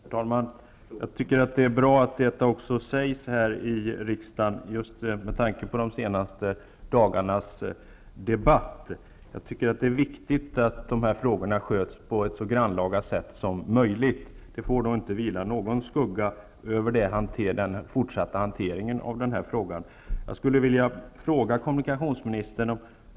Herr talman! Jag tycker att det är bra att detta också sägs i riksdagen med tanke på de senaste dagarnas debatt. Jag tycker att det är viktigt att de här frågorna handläggs på ett så grannlaga sätt som möjligt -- det får inte vila någon skugga över den fortsatta hanteringen av den här frågan.